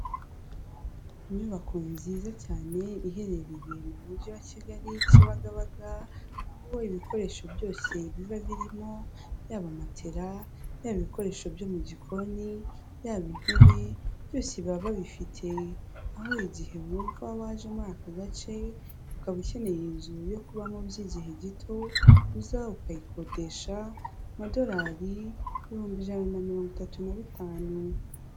Inyubako nziza cyane iherereye mu mujyi wa Kigali Kibagabaga, aho ibikoresho byose biba birimo yaba matera yaba ibikoresho byo mu gikoni, yaba intebe, byose baba babifite. Aho igihe wumva waje muri aka gace, ukaba ukeneye inzu yo kubamo by'igihe gito, uza ukayikodesha amadolari ibihumbi ijana na mirongo itatu na bitanu.